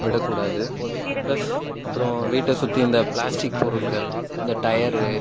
விடக்கூடாது ப்ளஸ் அப்புறம் வீட்டை சுற்றி இந்த பிளாஸ்டிக் பொருட்கள் இந்த டயர்